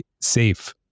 safe